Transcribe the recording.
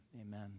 Amen